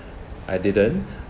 I didn't